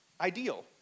ideal